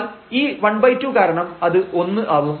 എന്നാൽ ഈ 12 കാരണം അത് ഒന്ന് ആവും